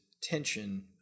tension